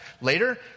Later